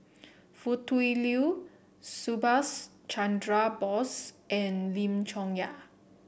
Foo Tui Liew Subhas Chandra Bose and Lim Chong Yah